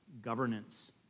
governance